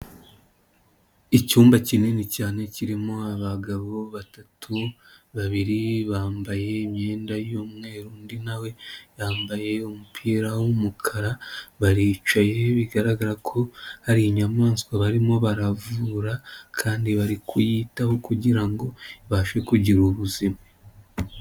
Icyumba kinini cyane kirimo abagabo batatu, babiri bambaye imyenda y'umweru, undi na we yambaye umupira w'umukara, baricaye bigaragara ko hari inyamaswa barimo baravura kandi bari kuyitaho kugira ngo ibashe kugira ubuzima.